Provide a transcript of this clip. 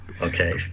okay